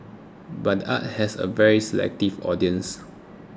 but arts has a very selective audience